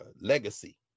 legacy